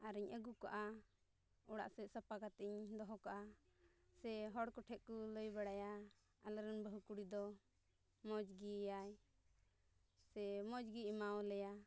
ᱟᱨᱤᱧ ᱟᱹᱜᱩ ᱠᱟᱜᱼᱟ ᱚᱲᱟᱜ ᱥᱮᱫ ᱥᱟᱯᱷᱟ ᱠᱟᱛᱮᱧ ᱫᱚᱦᱚ ᱠᱟᱜᱼᱟ ᱥᱮ ᱦᱚᱲ ᱠᱚᱴᱷᱮᱱ ᱠᱚ ᱞᱟᱹᱭ ᱵᱟᱲᱟᱭᱟ ᱟᱞᱮᱨᱮᱱ ᱵᱟᱹᱦᱩ ᱠᱩᱲᱤ ᱫᱚ ᱢᱚᱡᱽ ᱜᱮᱭᱟᱭ ᱥᱮ ᱢᱚᱡᱽᱜᱮ ᱮᱢᱟᱞᱮᱭᱟᱭ